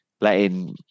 letting